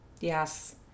yes